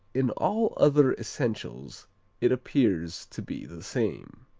in all other essentials it appears to be the same.